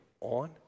on